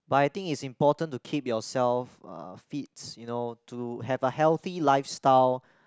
but I think it's important to keep yourself uh fit you know to have a healthy lifestyle